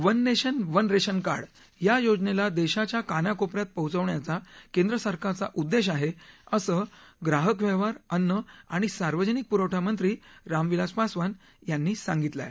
one nation one ration card या योजनेला देशाच्या कानाकोप यात पोहोचवण्याच्या केंद्र सरकारचा उद्देश आहे असं ग्राहक व्यवहार अन्न आणि सार्वजनिक पुरवठा मंत्री रामविकास पासवान यांनी सांगितलं आहे